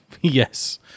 Yes